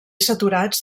saturats